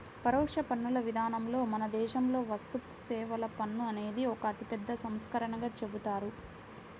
పరోక్ష పన్నుల విధానంలో మన దేశంలో వస్తుసేవల పన్ను అనేది ఒక అతిపెద్ద సంస్కరణగా చెబుతారు